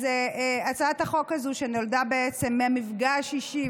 אז הצעת החוק הזאת נולדה בעצם ממפגש אישי,